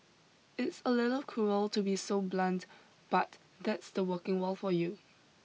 it's a little cruel to be so blunts but that's the working world for you